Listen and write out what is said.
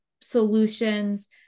solutions